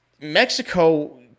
Mexico